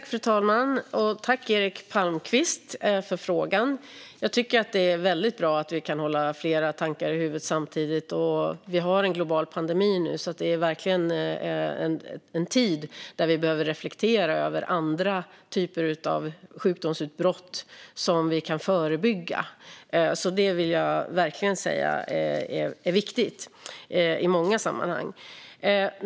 Fru talman! Jag tackar Eric Palmqvist för frågan. Jag tycker att det är väldigt bra att vi kan hålla flera tankar i huvudet samtidigt. Vi har nu en global pandemi, så det är verkligen en tid då vi behöver reflektera över andra typer av sjukdomsutbrott som vi kan förebygga. Det vill jag verkligen säga är viktigt i många sammanhang.